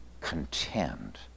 contend